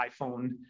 iPhone